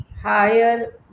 higher